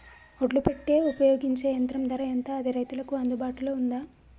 ఒడ్లు పెట్టే ఉపయోగించే యంత్రం ధర ఎంత అది రైతులకు అందుబాటులో ఉందా?